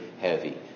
heavy